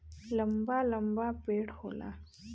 लंबा लंबा पेड़ होला